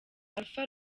alpha